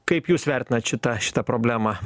kaip jūs vertinat šitą šitą problemą